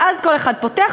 ואז כל אחד פותח,